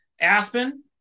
Aspen